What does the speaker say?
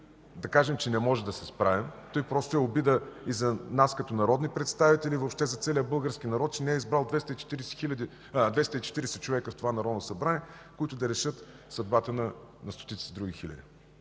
да кажем, че не можем да се справим, просто е обида и за нас като народни представители и въобще за целия български народ, че не е избрал 240 човека в това Народно събрание, които да решат съдбата на другите стотици-хиляди.